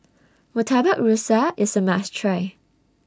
Murtabak Rusa IS A must Try